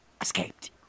escaped